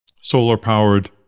solar-powered